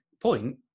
point